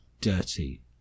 dirty